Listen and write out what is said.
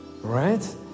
Right